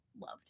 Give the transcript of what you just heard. loved